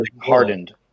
Hardened